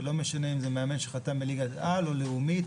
ולא משנה אם זה מאמן שחתם בליגת על או לאומית,